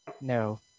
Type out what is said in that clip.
no